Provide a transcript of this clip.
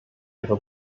ihre